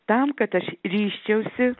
tam kad aš ryžčiausi